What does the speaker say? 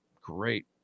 Great